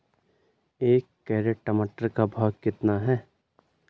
एक कैरेट टमाटर का भाव कितना है?